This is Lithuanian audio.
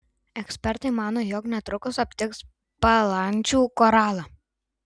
ekspertai mano jog netrukus aptiks bąlančių koralų